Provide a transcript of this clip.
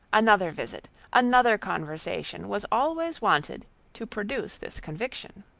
another visit, another conversation, was always wanted to produce this conviction.